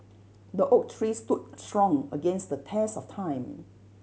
the oak tree stood strong against the test of time